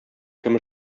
кем